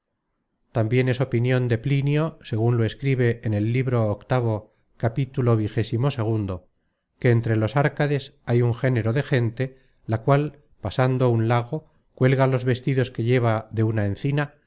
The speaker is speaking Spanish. tambien es opinion de plinio segun lo escribe en el libro viii capítulo xxii que entre los árcades hay un género de gente la cual pasando un lago cuelga los vestidos que lleva de un encina